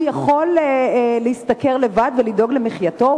הוא יכול להשתכר לבד ולדאוג למחייתו?